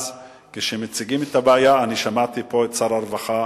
כשמציגים, שמעתי פה את שר הרווחה,